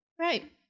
Right